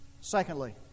Secondly